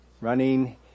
Running